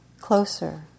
closer